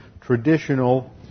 traditional